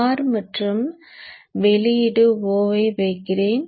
R மற்றும் வெளியீடு O ஐ வைக்கிறேன்